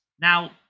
now